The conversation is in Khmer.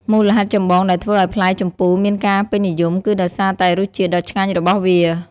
មូលហេតុចម្បងដែលធ្វើឱ្យផ្លែជម្ពូមានការពេញនិយមគឺដោយសារតែរសជាតិដ៏ឆ្ងាញ់របស់វា។